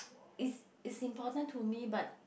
is is important to me but